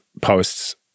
posts